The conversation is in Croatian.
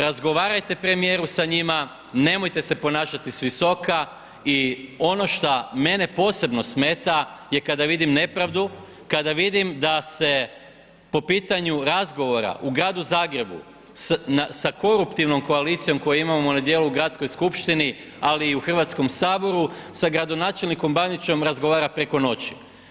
Razgovarajte, premijeru sa njima, nemojte se ponašati s visoka i ono što mene posebno smeta je kada vidim nepravdu, kada vidim da se po pitanju razgovora u gradu Zagrebu sa koruptivnom koalicijom koju imamo na djelu u gradskoj skupštini, ali i u Hrvatskome saboru, sa gradonačelnikom Bandićem razgovara preko noći.